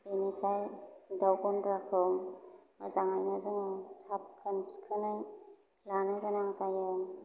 बेनिफ्राय दाव गन्द्राखौ मोजाङैनो जोङो साखोन सिखोनै लानो गोनां जायो